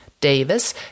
Davis